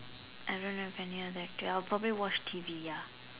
I don't have any other activity I would probably watch T_V ya